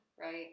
right